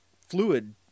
fluid